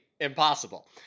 impossible